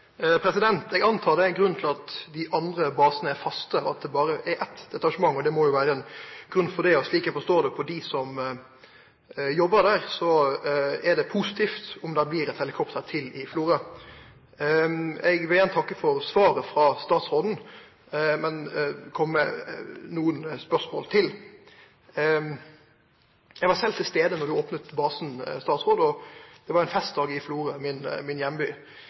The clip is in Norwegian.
Eg vil tru at det er ein grunn til at dei andre basane er faste, og at det berre er eitt detasjement. Det må jo vere ein grunn til det. Slik eg forstår det på dei som jobbar der, er det positivt om det blir eit helikopter til i Florø. Eg vil igjen takke for svaret frå statsråden, men komme med nokre spørsmål til. Eg var sjølv til stades da statsråden opna basen, og det var ein festdag i Florø, min